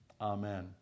Amen